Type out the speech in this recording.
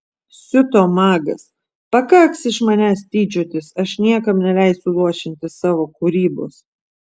siuto magas pakaks iš manęs tyčiotis aš niekam neleisiu luošinti savo kūrybos